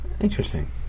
Interesting